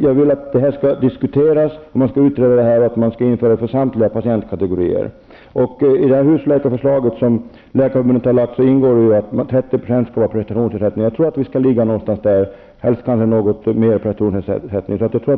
jag vill att saken skall diskuteras och utredas och att man skall införa systemet för samtliga patientkategorier. I det husläkarförslag som Läkarförbundet har framlagt ingår ju att 30 % skall vara prestationsersättning. Jag tror att vi skall ligga någonstans där -- helst skall det kanske vara något mer i prestationsersättning.